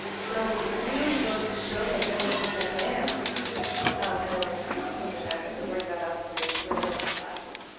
so it really goes to show that there was a demand and an increase in the demand as the word got out that there was women only classes.